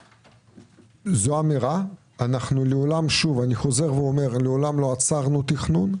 זו אמירה, אני חוזר ואומר שלעולם לא עצרנו תכנון,